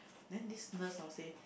then this nurse hor say